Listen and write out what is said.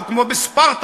או כמו בספרטה,